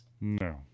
No